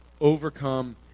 overcome